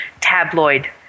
tabloid